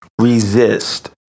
resist